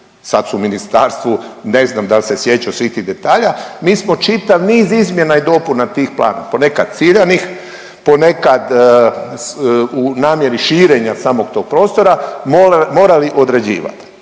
sad su u ministarstvu ne znam dal se sjećaju svih tih detalja, mi smo čitav niz izmjena i dopuna tih planova, ponekad ciljanih, ponekad u namjeri širenja samog tog prostora morali određivati.